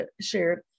shared